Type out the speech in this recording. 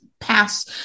pass